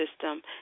system